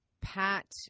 pat